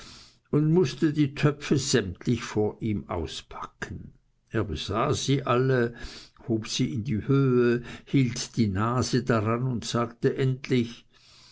und mußte die töpfe sämtlich vor ihm auspacken er besah sie alle hob sie in die höhe hielt die nase dran und sagte endlich